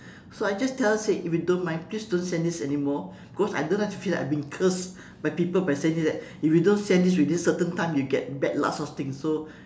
so I just tell said if you don't mind please don't send this anymore cause I don't like to see that I have been cursed by people by sending me that if you don't send this within certain time you get bad luck sort of thing so